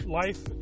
life